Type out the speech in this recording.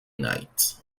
nights